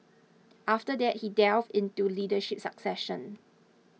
after that he delved into leadership succession